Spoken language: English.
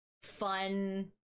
fun